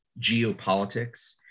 geopolitics